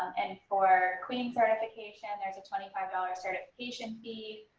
and for queen certification, there's a twenty five dollars certification fee,